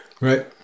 right